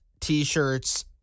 t-shirts